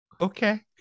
Okay